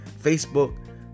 Facebook